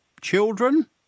Children